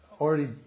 already